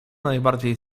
najbardziej